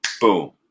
Boom